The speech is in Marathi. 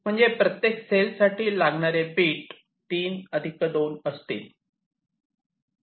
म्हणजे प्रत्येक सेल साठी लागणारे बीट 3 2 असतील